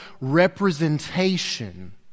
representation